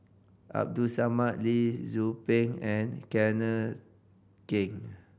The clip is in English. Abdul Samad Lee Tzu Pheng and Kenneth Keng